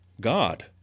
God